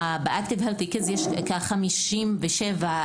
ב- Active Healthy Kids יש כ-57 מדינות.